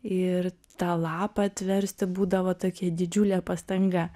ir tą lapą atversti būdavo tokia didžiulė pastanga